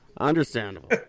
Understandable